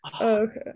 Okay